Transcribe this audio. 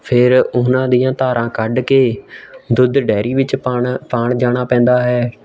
ਫਿਰ ਉਹਨਾਂ ਦੀਆਂ ਧਾਰਾਂ ਕੱਢ ਕੇ ਦੁੱਧ ਡੇਅਰੀ ਵਿੱਚ ਪਾਉਣਾ ਪਾਉਣ ਜਾਣਾ ਪੈਂਦਾ ਹੈ